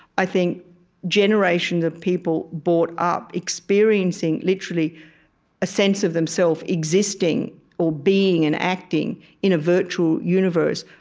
i think generations of people bought up experiencing literally a sense of themself existing or being and acting in a virtual universe.